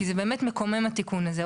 כי זה באמת מקומם התיקון הזה.